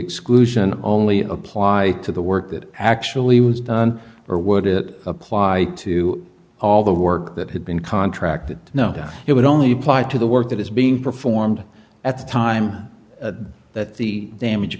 exclusion only apply to the work that actually was done or would it apply to all the work that had been contracted to know that it would only apply to the work that is being performed at the time that the damage